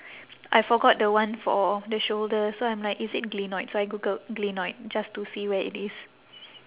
I forget the one for the shoulder so I'm like is it glenoid so I googled glenoid just to see where it is